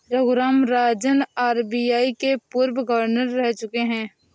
Raghuram Rajan RBI के पूर्व governor रह चुके हैं